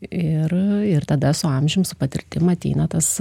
ir ir tada su amžium su patirtim ateina tas